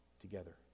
together